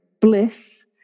bliss